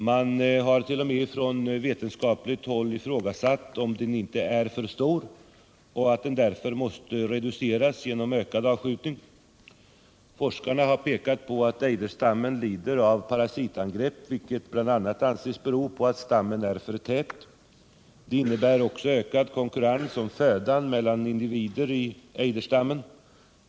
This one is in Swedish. Man har t.o.m. från vetenskapligt håll ifrågasatt om den inte är för stor och därför måste reduceras genom ökad avskjutning. Forskarna har pekat på att ejderstammen lider av parasitangrepp, vilket bl.a. sägs bero på att stammen är för tät. Det innebär också ökad konkurrens om födan mellan individerna i ejderstammen.